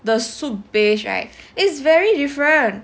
the soup base right is very different